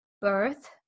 birth